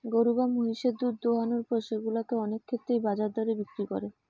গরু বা মহিষের দুধ দোহানোর পর সেগুলা কে অনেক ক্ষেত্রেই বাজার দরে বিক্রি করে